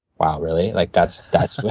wow, really? like that's that's what